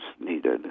needed